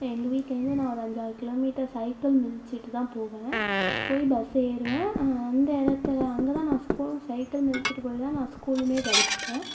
எங்கள் வீட்லேருந்து நான் ஒரு அஞ்சாறு கிலோமீட்டர் சைக்கிள் மிதித்திட்டு தான் போவேன் போய் பஸ் ஏறுவேன் அந்த இடத்துல அங்கேதா நான் ஸ்கூலும் சைக்கிள் மிதித்திட்டு போயிதான் நான் ஸ்கூலுமே படித்தேன்